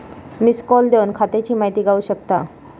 missed call देवन खात्याची माहिती गावू शकता